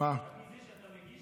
אתה צריך